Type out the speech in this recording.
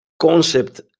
concept